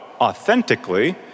authentically